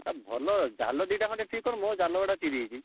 ଆଉ ଭଲ ଜାଲ ଦୁଇଟା ଖଣ୍ଡେ ଠିକ୍ କର ମୋ ଜାଲଗୁଡ଼ା ଚିରି ଯାଇଛି